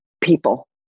people